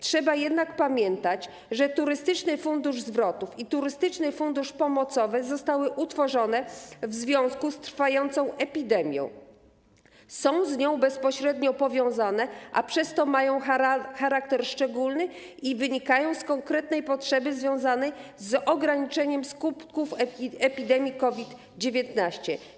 Trzeba jednak pamiętać, że Turystyczny Fundusz Zwrotów i Turystyczny Fundusz Pomocowy zostały utworzone w związku z trwającą epidemią, są z nią bezpośrednio powiązane, a przez to mają charakter szczególny i wynikają z konkretnej potrzeby związanej z ograniczeniem skutków epidemii COVID-19.